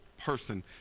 person